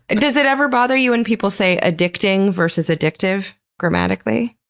and does it ever bother you when people say addicting versus addictive grammatically?